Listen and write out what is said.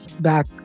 back